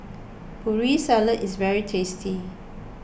Putri Salad is very tasty